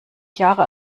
jahre